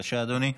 בבקשה, אדוני.